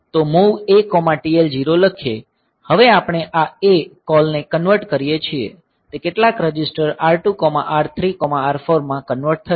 હવે આપણે આ A કોલ ને કન્વર્ટ કરીએ છીએ તે કેટલાક રજીસ્ટર R2 R3 R4 માં કન્વર્ટ થશે